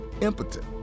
impotent